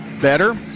better